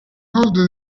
nord